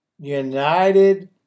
United